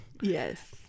Yes